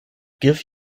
give